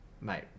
mate